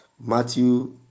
Matthew